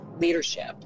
leadership